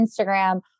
Instagram